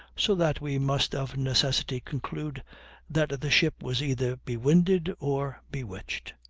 so that we must of necessity conclude that the ship was either bewinded or bewitched.